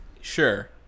sure